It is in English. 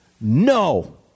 no